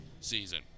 season